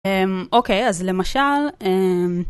אממ אוקיי, אז למשל...